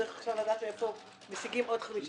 צריך עכשיו לדעת מאיפה משיגים עוד 15